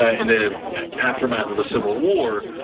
ah in the aftermath of the civil war.